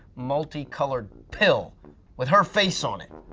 multi-colored pill with her face on it.